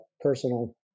personal